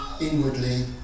inwardly